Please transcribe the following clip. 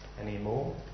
anymore